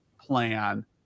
plan